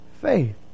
faith